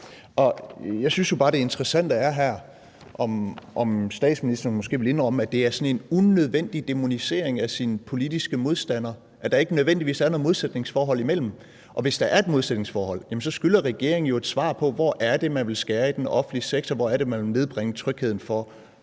Jeg synes jo bare, det interessante her er, om statsministeren måske vil indrømme, at det er en unødvendig dæmonisering af sin politiske modstander, og at der ikke nødvendigvis er noget modsætningsforhold. Og hvis der er et modsætningsforhold, skylder regeringen jo et svar på: Hvor er det, man vil skære i den offentlige sektor? Hvor er det, man vil nedbringe trygheden for